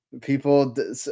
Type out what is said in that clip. People